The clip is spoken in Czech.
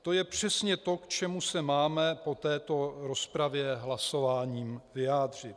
To je přesně to, k čemu se máme po této rozpravě hlasováním vyjádřit.